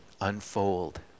unfold